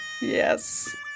yes